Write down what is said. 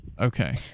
Okay